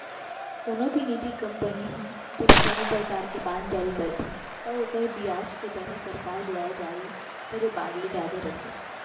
कोनो भी निजी कंपनी ह जब कोनों परकार के बांड जारी करथे त ओकर बियाज के दर ह सरकार दुवारा जारी करे बांड ले जादा रथे